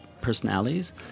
personalities